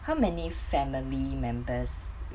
how many family members